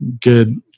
good